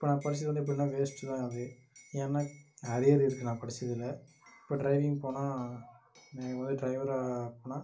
இப்போது படித்தது வந்து எப்படின்னா வேஸ்டு தான் ஆகுது ஏன்னால் அரியரு இருக்குது நான் படித்ததுல இப்போ ட்ரைவிங் போனால் எனக்கு வந்து டிரைவராக போனால்